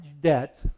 debt